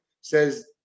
says